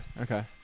okay